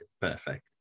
perfect